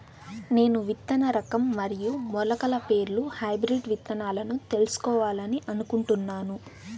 నేను విత్తన రకం మరియు మొలకల పేర్లు హైబ్రిడ్ విత్తనాలను తెలుసుకోవాలని అనుకుంటున్నాను?